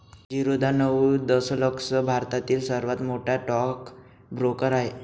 झिरोधा नऊ दशलक्ष भारतातील सर्वात मोठा स्टॉक ब्रोकर आहे